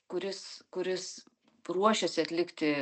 kuris kuris ruošiasi atlikti